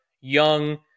young